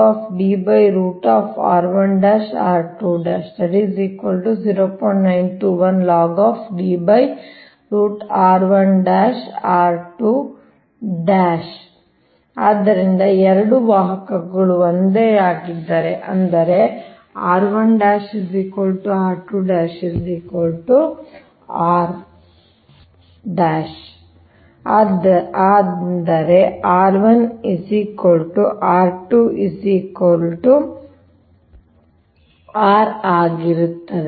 ಅದು ಆದ್ದರಿಂದ 2 ವಾಹಕಗಳು ಒಂದೇ ಆಗಿದ್ದರೆ ಅಂದರೆ ಅಂದರೆ r ₁ r ₂ r ಆಗಿರುತ್ತದೆ